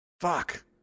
Fuck